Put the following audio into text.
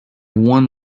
one